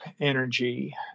energy